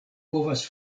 povas